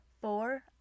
Four